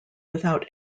without